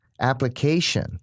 application